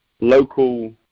local